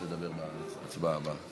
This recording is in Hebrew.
הרווחה והבריאות,